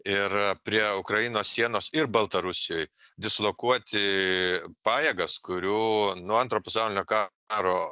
ir prie ukrainos sienos ir baltarusijoj dislokuoti pajėgas kurių nuo antro pasaulinio ka aro